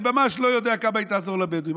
אני ממש לא יודע כמה היא תעזור לבדואים,